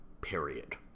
period